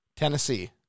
Tennessee